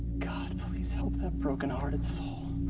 god, please help that broken hearted soul.